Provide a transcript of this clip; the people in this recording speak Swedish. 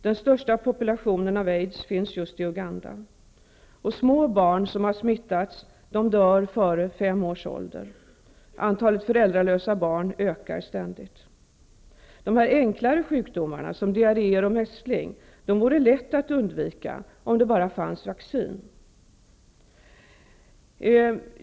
Den största populationen av aidssjuka finns just i Uganda. Små barn som smittats dör före fem års ålder. Antalet föräldralösa barn ökar ständigt. De enklare sjukdomarna som diarréer och mässling vore lätta att undvika om det bara fanns vaccin för detta.